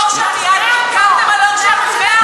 וגם הושעה מעבודתו.